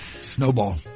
Snowball